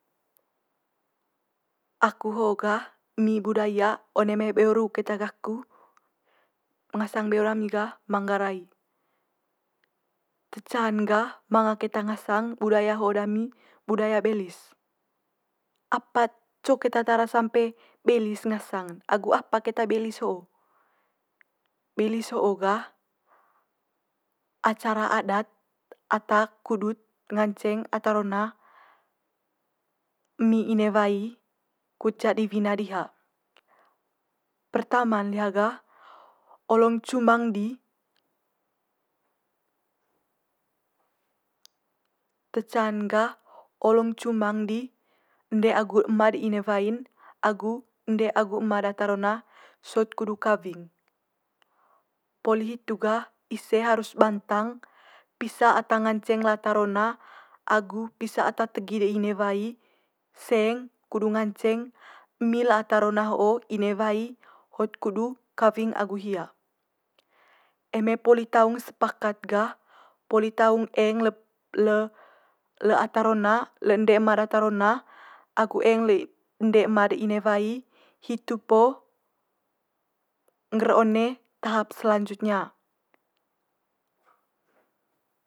Aku ho'o gah emi budaya one mai beo ru keta gaku, ngasang beo dami gah manggarai. Te ca'n gah manga keta ngasang budaya ho'o dami budaya belis. Apa co keta tara sampe belis ngasang'n agu apa keta belis ho'o. Belis ho'o gah acara adat ata kudut nganceng ata rona emi ine wai kut jadi wina diha. Pertama'n liha gah, olong cumang di te ca'n gah olong cumang di ende agu ema'd de ine wai'n agu ende agu ema data rona sot kudu kawing. Poli hitu gah ise harus bantang pisa ata nganceng lata rona agu pisa ata tegi de ine wai seng kudu nganceng emi le ata rona ho'o inewai hot kudu kawing agu hia. Eme poli taung's sepakat gah poli taung eng le- le- le ata rona le ende ema data rona agu eng le ende ema de ine wai hitu po ngger one tahap selanjutnya.